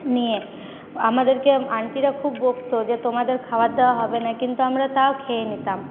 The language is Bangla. নিয়ে আমাদেরকে আন্টিরা খুব বকতো যে তোমাদের খাওয়ার দেওয়া হবে না কিন্তু আমরা তাও খেয়ে নিতাম